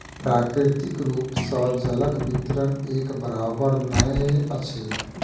प्राकृतिक रूप सॅ जलक वितरण एक बराबैर नै अछि